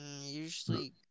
Usually